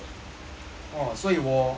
orh 所以我